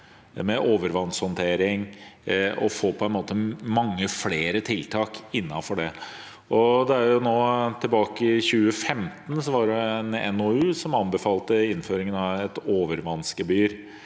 med overvannshåndtering, og få mange flere tiltak innenfor det. Tilbake i 2015 var det en NOU som anbefalte innføring av et overvannsgebyr,